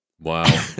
Wow